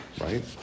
right